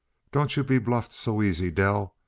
don't you be bluffed so easy, dell.